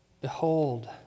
Behold